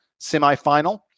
semifinal